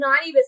90%